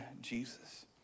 Jesus